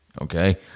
Okay